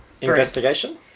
Investigation